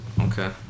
Okay